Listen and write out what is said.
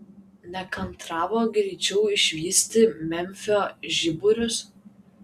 nekantravo greičiau išvysti memfio žiburius